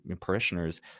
parishioners